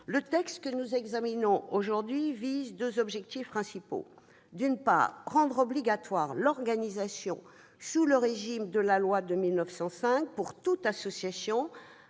Le texte que nous examinons aujourd'hui répond à deux objectifs principaux : rendre obligatoire l'organisation sous le régime de la loi de 1905 de toute association